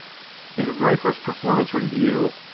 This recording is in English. and the very first performance review,